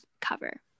cover